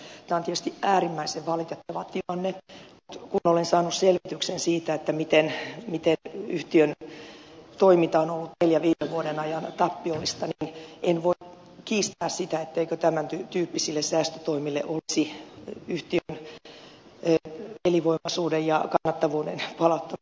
tämä on tietysti äärimmäisen valitettava tilanne mutta kun olen saanut selvityksen siitä miten yhtiön toiminta on ollut neljän viime vuoden ajan tappiollista niin en voi kiistää sitä etteivätkö tämäntyyppiset säästötoimet olisi yhtiön elinvoimaisuuden ja kannattavuuden palauttamiseksi välttämättömiä